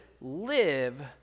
live